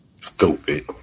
Stupid